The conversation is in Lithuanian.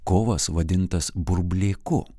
kovas vadintas burblėku